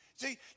See